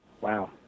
Wow